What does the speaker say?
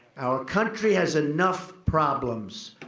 our country has enough problems.